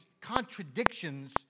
contradictions